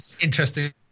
interesting